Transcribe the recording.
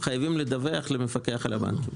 חייבים לדווח למפקח על הבנקים.